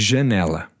Janela